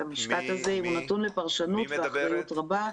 המשפט הזה אם הוא נתון לפרשנות ואחריות רבה.